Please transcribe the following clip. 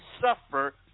suffer